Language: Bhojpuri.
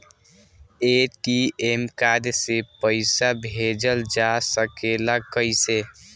ए.टी.एम कार्ड से पइसा भेजल जा सकेला कइसे?